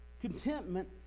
Contentment